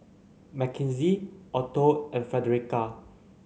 Makenzie Otho and Fredericka